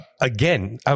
again